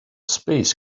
space